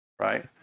right